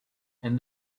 and